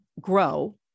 grow